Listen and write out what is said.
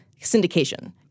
syndication